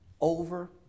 Over